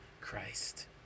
Christ